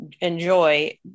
enjoy